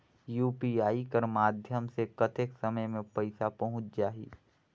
UPI कर माध्यम से कतेक समय मे पइसा पहुंच जाहि?